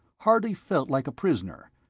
hardly felt like a prisoner,